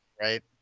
Right